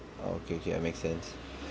oh K K that makes sense